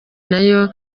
nayo